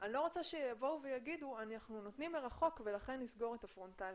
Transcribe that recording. אני לא רוצה שיבואו ויאמרו שנותנים מרחוק ולכן נסגור את הפרונטלי.